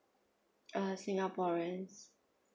uh singaporeans